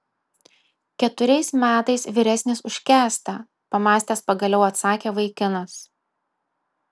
keturiais metais vyresnis už kęstą pamąstęs pagaliau atsakė vaikinas